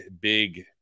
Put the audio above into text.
big